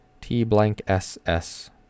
T-blank-S-S